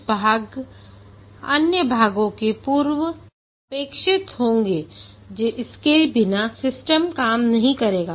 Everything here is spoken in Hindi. कुछ भाग अन्य भागों के पूर्व अपेक्षित होंगे इसके बिना सिस्टम काम नहीं करेगा